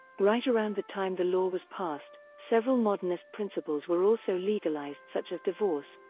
right around the time the law was passed, several modernist principles were also legalized such as divorce,